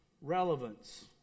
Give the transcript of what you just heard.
relevance